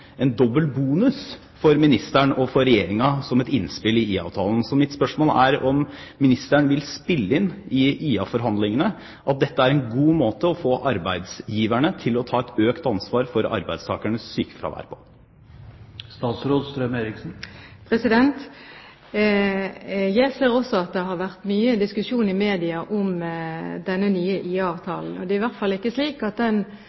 en dobbelt bonus for ministeren og for Regjeringen som et innspill til IA-avtalen. Mitt spørsmål er om ministeren vil spille inn i IA-forhandlingene at dette er en god måte å få arbeidsgiverne til å ta et økt ansvar for arbeidstakernes sykefravær på. Jeg har også sett at det har vært mye diskusjon i media om denne nye IA-avtalen. Det er i hvert fall ikke slik at tiltak i forbindelse med den